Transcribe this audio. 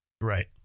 Right